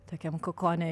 tokiam kokone